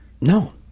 no